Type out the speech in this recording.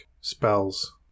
spells